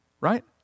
right